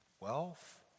wealth